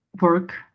work